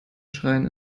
schreien